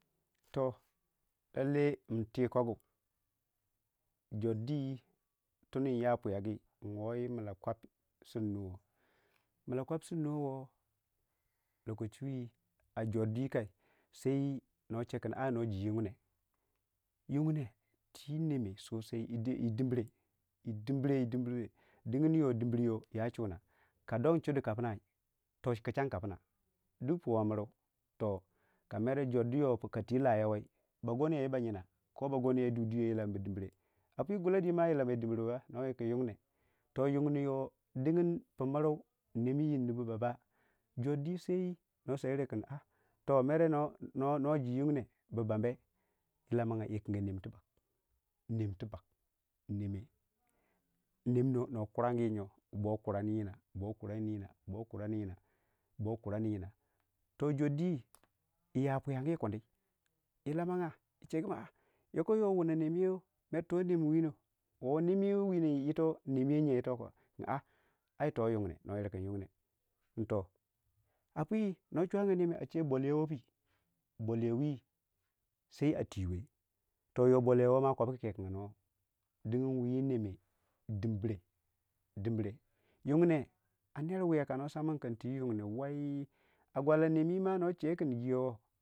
To lallai ntikogu Jordi tun nyapuyagi nwooyi illa kwap sur nuwoo milla kwap sur nuwoo lokachi aii Jordi kai sai nochekin noji yungne. yungne wii nemme sosai yii dimbre yiidimbre yudimbre ngin o dimbiryo ya chu- na kadon chudi kappunai tu kichan kappunna duk pu woo muru kamera jordu yo kati lahyowai bagonyo u ba yenno ba gonyo wu duduyo lambu yo yii dimbre a pii gullai diima wu lamma yii dimbirwe ma no yir kin yungne yungne yo dingin pu miru nemi yiinnubu ba' Jordi no sayiro kin a toh mere noji yungne bu bambe yii lammage yi inga nem tibbag nem tibbag neme, nem no kurangi yoo boo kuranyina boo urani yinna boo kurani yinna boo kurani yina Jordi yi ya piiyangi kundi i lamagga yi chegu min a'a yoko yo wunne nemiyo mer toh nem wiino woo nemiyo woo wino yito nemiyo ye yito kin a aii toh yungne no yir kin yungne minto a pu no chagga nemme ache bolyo woo pui bolyowi sai a tiwe yo bolyo woo ma koppu ko kekagga nuwau dingin wo neme dimbre dimbre yungne a ner wiiya kano sam mini kin twii yungne wei a gwalla nem wu ma no che kin giwa woo.